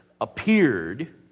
appeared